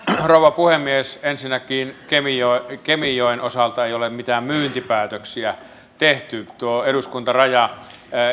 rouva puhemies ensinnäkin kemijoen osalta ei ole mitään myyntipäätöksiä tehty tuo eduskuntaraja